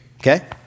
Okay